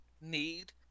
need